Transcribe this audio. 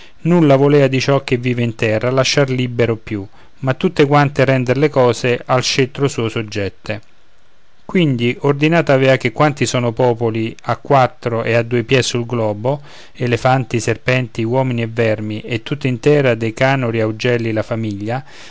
nulla volea di ciò che vive in terra lasciar libero più ma tutte quante render le cose al scettro suo soggette quindi ordinato avea che quanti sono popoli a quattro ed a due piè sul globo elefanti serpenti uomini e vermi e tutta intera dei canori augelli la famiglia